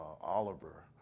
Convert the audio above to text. Oliver